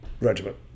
Regiment